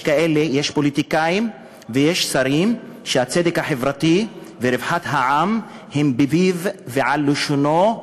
שיש פוליטיקאים ויש שרים שהצדק החברתי ורווחת העם הם בפיהם ועל לשונם,